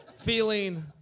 Feeling